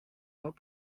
not